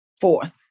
Fourth